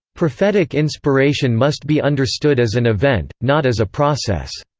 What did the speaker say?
prophetic inspiration must be understood as an event, not as a process.